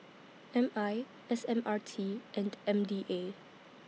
M I S M R T and M D A